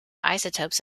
isotopes